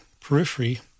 periphery